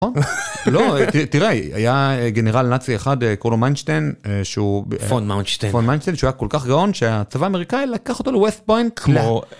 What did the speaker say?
לא, אה תר תראה, היה אה גנרל נאצי אחד קראו לו מיינשטיין, אה שהוא... -פון מיינשטיין. -פון מיינשטיין, שהוא היה כל כך גאון שהצבא האמריקאי לקח אותו לwest point, כמו...